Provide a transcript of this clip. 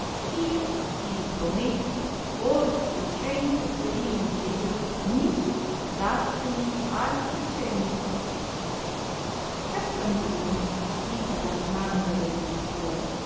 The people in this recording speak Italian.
io ti prometto oltre i cento fiorini che io ti promisi dartene altri cento cassandrino udita la dimanda del pretore